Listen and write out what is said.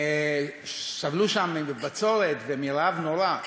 בביאפרה סבלו שם מבצורת ומרעב נורא.